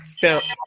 found